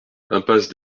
impasse